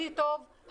הכי טוב,